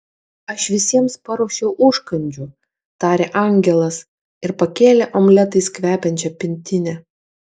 aš visiems paruošiau užkandžių tarė angelas ir pakėlė omletais kvepiančią pintinę